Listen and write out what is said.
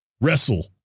wrestle